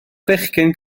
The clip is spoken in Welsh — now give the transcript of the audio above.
bechgyn